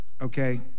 Okay